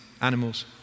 animals